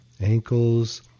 ankles